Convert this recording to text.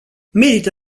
merită